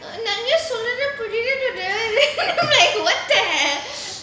நெறைய சொல்றது புரியவே புரியாது:neraya solrathu puriyavae puriyaathu like what the hell